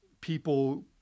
people